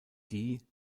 dee